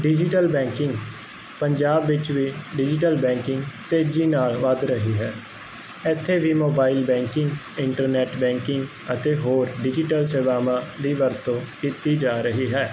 digital banking Punjab ਵਿੱਚ ਵੀ digital banking ਤੇਜੀ ਨਾਲ ਵੱਧ ਰਹੀ ਹੈ ਐਥੇ ਵੀ ਮੋਬਾਈਲ ਬੈਂਕਿੰਗ ਇੰਟਰਨੈੱਟ ਬੈਂਕਿੰਗ ਅਤੇ ਹੋਰ ਡਿਜੀਟਲ ਸੇਵਾਵਾਂ ਦੀ ਵਰਤੋਂ ਕੀਤੀ ਜਾ ਰਹੀ ਹੈ